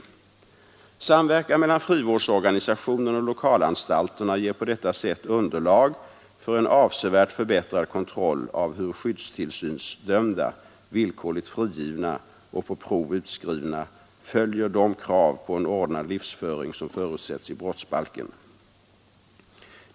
Samverkan mellan frivårdsorganisationen och lokalanstalterna ger på detta sätt underlag för en avsevärt förbättrad kontroll av hur skyddstillsynsdömda, villkorligt frigivna och på prov utskrivna följer de krav på en ordnad livsföring som förutsätts i brottsbalken.